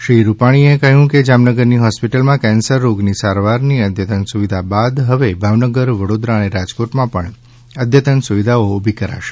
શ્રી રૂપાણીએ કહ્યું કે જામનગરની હોસ્પિટલમાં કેન્સર રોગની સારવારની અદ્યતન સુવિધા બાદ હવે ભાવનગર વડોદરા અને રાજકોટમાં પણ અદ્યતન સુવિધાઓ ઉભી કરાશે